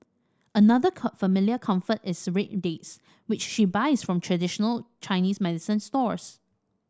another familiar comfort is red dates which she buys from traditional Chinese medicine stores